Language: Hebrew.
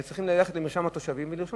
הם היו צריכים ללכת למרשם התושבים ולרשום